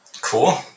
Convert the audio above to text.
Cool